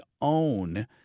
own